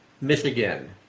Michigan